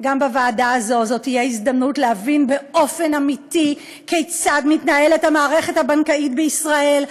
זו תהיה הזדמנות להבין באופן אמיתי כיצד מתנהלת המערכת הבנקאית בישראל,